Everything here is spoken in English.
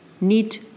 need